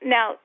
Now